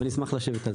אבל נשמח לשבת על זה.